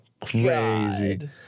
crazy